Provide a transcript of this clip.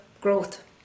growth